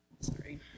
Sorry